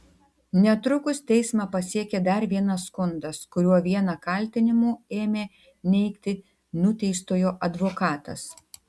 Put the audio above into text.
netrukus teismą pasiekė dar vienas skundas kuriuo vieną kaltinimų ėmė neigti nuteistojo advokatas